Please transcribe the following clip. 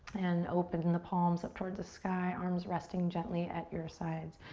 and open the palms up towards the sky. arms resting gently at your sides.